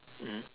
mm